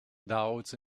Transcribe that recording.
doubts